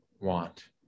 want